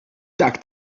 tak